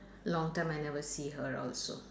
long time I never see her also